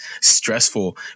stressful